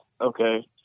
Okay